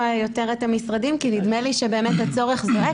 יותר את המשרדים כי נדמה לי שהצורך זועק.